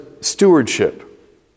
stewardship